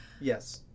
Yes